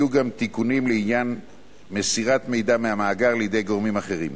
יהיו גם תיקונים בעניין מסירת מידע מהמאגר לידי גורמים אחרים.